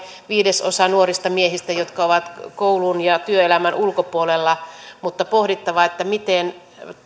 viidesosa nuorista miehistä jotka ovat koulun ja työelämän ulkopuolella mutta on pohdittava miten